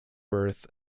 birth